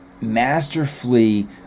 masterfully